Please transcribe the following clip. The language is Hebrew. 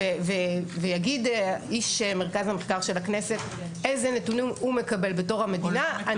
יגיד איש מרכז המחקר של הכנסת איזה נתונים הוא מקבל בתור המדינה.